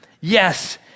yes